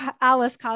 Alice